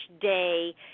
day